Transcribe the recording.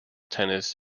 tennis